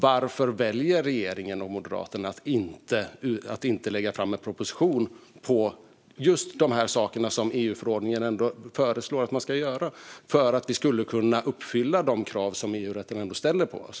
Varför väljer regeringen och Moderaterna att inte lägga fram en proposition om just de saker som EU-förordningen föreslår att man ska göra för att vi ska kunna uppfylla de krav som EU-rätten ställer på oss?